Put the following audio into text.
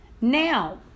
Now